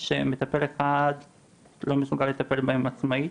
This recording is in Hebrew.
שמטפל אחד לא מסוגל לטפל בהם עצמאית.